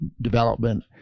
development